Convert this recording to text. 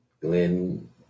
Glenn